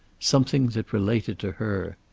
something that related to her.